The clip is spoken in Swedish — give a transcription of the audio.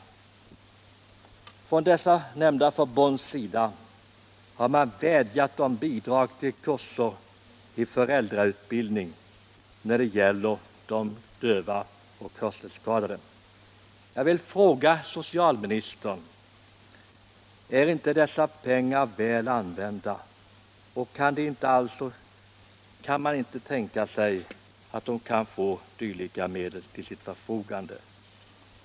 Om vissa åtgärder Från nämnda förbunds sida har man vädjat om bidrag till kurser i = för att bistå föräldrautbildning när det gäller de döva och hörselskadade. Jag vill fråga — föräldrar till socialministern: Är inte dessa pengar väl använda? Kan man inte tänka = utvecklingsstörda sig att ställa dylika medel till förfogande?